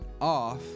off